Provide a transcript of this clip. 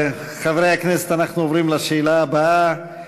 חברי הכנסת, אנחנו עוברים לשאלה הבאה.